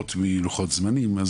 פטורות מלוחות זמנים,